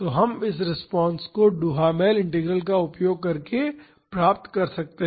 तो हम इस रिस्पांस को डुहामेल इंटीग्रल का उपयोग करके पा सकते हैं